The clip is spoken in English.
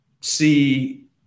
see